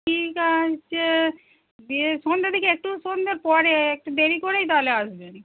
ঠিক আছে দিয়ে সন্ধের দিকে একটু সন্ধের পরে একটু দেরি করেই তাহলে আসবেন